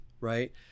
right